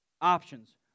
options